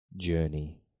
journey